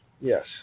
Yes